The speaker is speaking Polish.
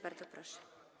Bardzo proszę.